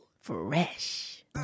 fresh